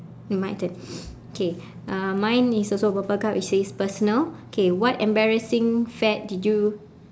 my turn okay uh mine is also purple card which says personal okay what embarrassing fad did you